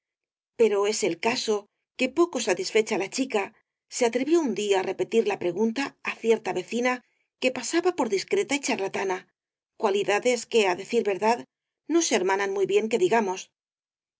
pero es el caso que poco satisfecha la chica se atrevió un día á repetir la pregunta á cierta vecina que pasaba por discreta y charlatana cualidades que á decir verdad no se hermanan muy bien que digamos